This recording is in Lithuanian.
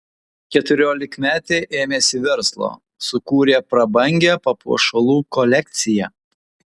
keturiolikmetė ėmėsi verslo sukūrė prabangią papuošalų kolekciją